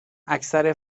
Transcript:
اکثر